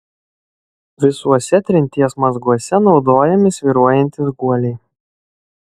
visuose trinties mazguose naudojami svyruojantys guoliai